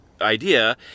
Idea